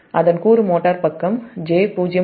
அதன் கூறுமோட்டார் பக்கம் j0